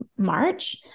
March